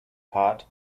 part